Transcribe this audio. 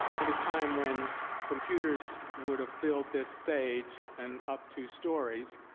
in a time when computers would've filled this stage and up two stories,